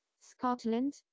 Scotland